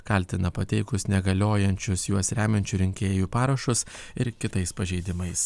kaltina pateikus negaliojančius juos remiančių rinkėjų parašus ir kitais pažeidimais